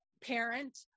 parent